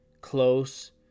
close